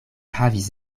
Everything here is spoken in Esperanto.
havis